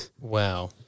wow